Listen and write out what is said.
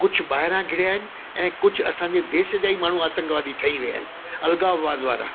कुझु ॿाहिरियां घिरीया आहिनि ऐं कुझु असांजे देश जा ई माण्हू आतंकवादी ठही विया आहिनि अलगाववाद वारा